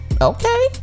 okay